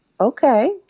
okay